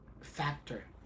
factor